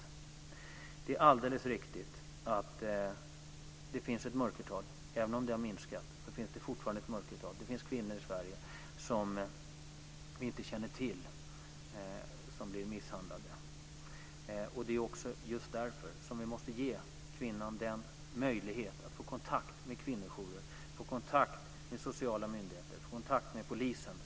Det är alldeles riktigt att det finns ett mörkertal, även om det har minskat. Det finns fortfarande kvinnor i Sverige som vi inte känner till blir misshandlade. Det är just därför vi måste ge kvinnan möjlighet att få kontakt med kvinnojourer, med sociala myndigheter och med polisen.